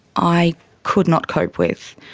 i could not cope with.